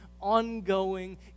ongoing